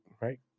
right